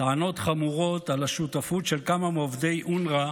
טענות חמורות על השותפות של כמה מעובדי אונר"א